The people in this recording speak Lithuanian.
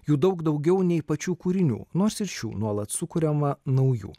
jų daug daugiau nei pačių kūrinių nors ir šių nuolat sukuriama naujų